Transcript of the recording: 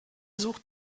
such